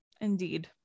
Indeed